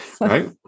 Right